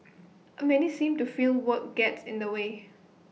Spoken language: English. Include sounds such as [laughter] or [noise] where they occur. [noise] A many seem to feel work gets in the way